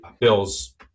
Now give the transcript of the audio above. bills